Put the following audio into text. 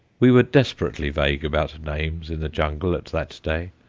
we were desperately vague about names in the jungle at that day,